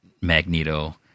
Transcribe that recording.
Magneto